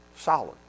solid